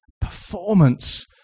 Performance